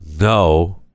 no